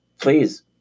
please